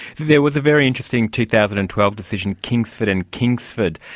there was a very interesting two thousand and twelve decision, kingsford and kingsford.